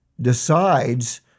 Decides